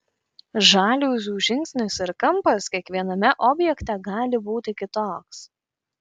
žaliuzių žingsnis ir kampas kiekviename objekte gali būti kitoks